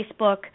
Facebook